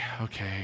okay